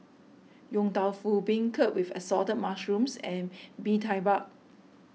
Yong Tau Foo Beancurd with Assorted Mushrooms and Bee Tai Bak